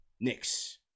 Nicks